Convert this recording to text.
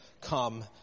come